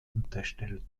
unterstellt